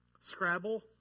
Scrabble